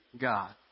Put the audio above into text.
God